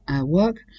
work